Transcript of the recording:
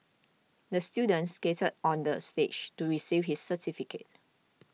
the student skated on the stage to receive his certificate